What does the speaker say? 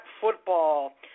football